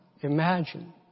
imagine